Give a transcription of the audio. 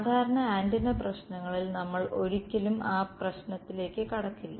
സാധാരണ ആന്റിന പ്രശ്നങ്ങളിൽ നമ്മൾ ഒരിക്കലും ആ പ്രശ്നത്തിലേക്ക് കടക്കില്ല